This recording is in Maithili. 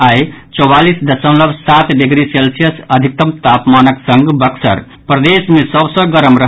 आई चौवालीस दशमलव सात डिग्री सेल्सियस अधिकतम तापमानक संग बक्सर प्रदेश मे सभ सँ गरम रहल